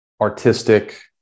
artistic